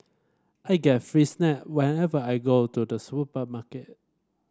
I get free snack whenever I go to the supermarket